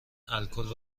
الکل